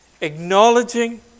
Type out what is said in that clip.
Acknowledging